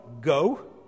go